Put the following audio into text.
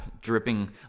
dripping